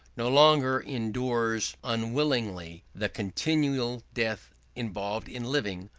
no longer endures unwillingly the continual death involved in living,